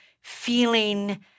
feeling